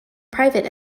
private